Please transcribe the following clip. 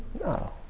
No